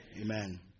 Amen